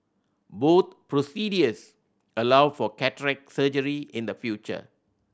both procedures allow for cataract surgery in the future